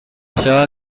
seva